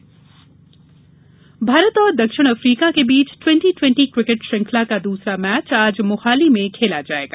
cricket Bharat और दक्षिण Africa के बीच टवेंटी ट्वेंटी क्रिकेट श्रंखला का दूसरा मैच आज मोहाली में खेला जायेगा